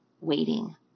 waiting